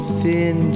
thin